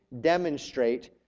demonstrate